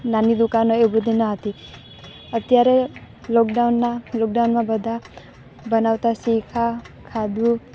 નાની દુકાનો એ બધી ન હતી અત્યારે લોકડાઉનના લોકડાઉનમાં બધા બનાવતા શીખ્યા ખાધું